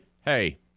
hey